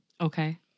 Okay